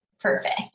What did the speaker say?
perfect